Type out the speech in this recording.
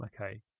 okay